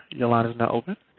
your line is now open.